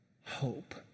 Hope